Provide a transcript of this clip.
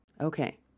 Okay